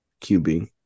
QB